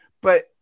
But-